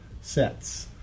sets